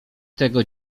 tego